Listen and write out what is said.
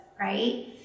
right